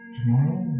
Tomorrow